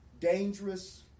dangerous